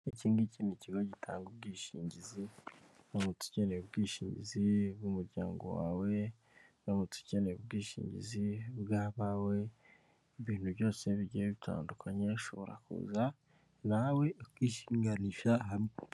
Iki ngiki ni ikigo gitanga ubwishingizi uramutse ucyeneye ubwishingizi bw'umuryango wawe, uramutse ukeneye ubwishingizi bw'abawe, ibintu byose bigiye bitandukanye, ushobora kuza nawe ukishinganisha hamwe.